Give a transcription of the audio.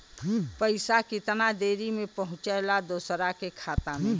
पैसा कितना देरी मे पहुंचयला दोसरा के खाता मे?